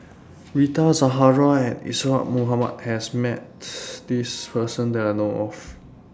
Rita Zahara and Isadhora Mohamed has Met This Person that I know of